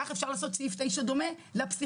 כך אפשר לעשות סעיף 9 דומה לפסיכיאטריה,